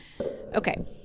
Okay